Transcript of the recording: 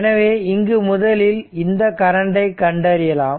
எனவே இங்கு முதலில் இந்த கரண்டை கண்டறியலாம்